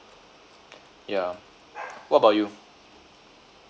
yeah what about you